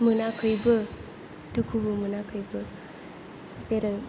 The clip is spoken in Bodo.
मोनाखैबो दुखुबो मोनाखैबो जेरै